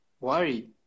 worry